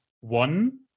one